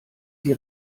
sie